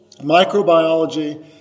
microbiology